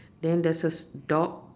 then there's a dog